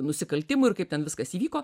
nusikaltimui ir kaip ten viskas įvyko